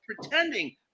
pretending